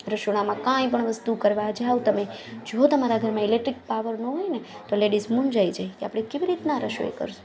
રસોડામાં કંઈ પણ વસ્તુ કરવા જાવ તમે જો તમારા ઘરમાં ઇલેક્ટ્રિક પાવર ન હોય ને તો લેડિસ મુંજાય જાય કે આપણે કેવી રીતના રસોઈ કરશું